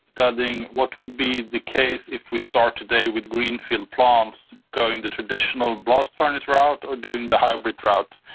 studying what would be the case if we start today with green field plants, going the traditional blast furnace route or doing the hybrid route.